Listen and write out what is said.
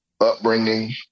upbringing